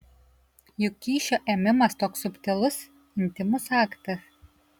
juk kyšio ėmimas toks subtilus intymus aktas